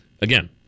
again